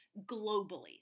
globally